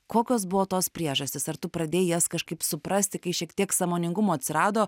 kokios buvo tos priežastys ar tu pradėjai jas kažkaip suprasti kai šiek tiek sąmoningumo atsirado